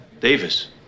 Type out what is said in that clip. Davis